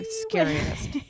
Scariest